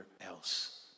else